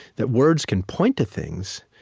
that words can point to things.